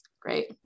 Great